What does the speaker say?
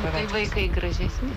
bet tai vaikai gražesni